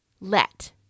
Let